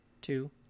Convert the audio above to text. two